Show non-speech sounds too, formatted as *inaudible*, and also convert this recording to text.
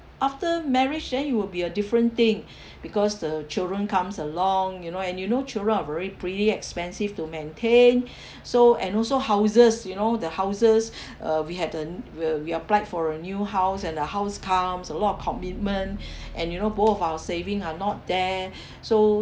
after marriage then it will be a different thing *breath* because the children comes along you know and you know children are very pretty expensive to maintain *breath* so and also houses you know the houses *breath* uh we hadn't we're we applied for a new house and the house comes a lot of commitment *breath* and you know both of our saving are not there *breath* so